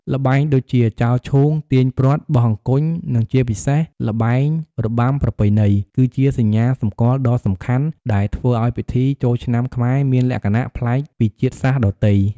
ល្បែងដូចជា ចោលឈូង ទាញព្រ័ត្រ បោះអង្គញ់ និងជាពិសេស ល្បែងរបាំប្រពៃណី គឺជាសញ្ញាសម្គាល់ដ៏សំខាន់ ដែលធ្វើឲ្យពិធីចូលឆ្នាំខ្មែរមានលក្ខណៈប្លែកពីជាតិសាសន៍ដទៃ។